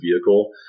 vehicle